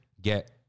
get